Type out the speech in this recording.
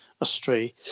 astray